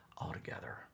altogether